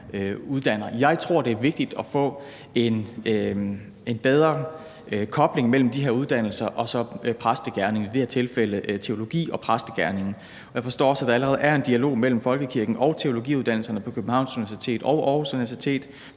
Jeg tror, det er vigtigt at få en bedre kobling mellem de her uddannelser og præstegerningen, i det her tilfælde teologi og præstegerningen, og jeg forstår også, at der allerede er en dialog mellem folkekirken og teologiuddannelserne på Københavns Universitet og Aarhus Universitet